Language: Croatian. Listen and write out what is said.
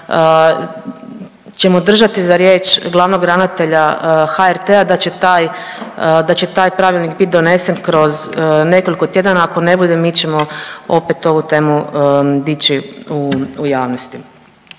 ćemo držati za riječ glavnog ravnatelja HRT-a da će taj, da će taj pravilnik biti donesen kroz nekoliko tjedana, ako ne bude mi ćemo opet ovu temu dići u javnosti.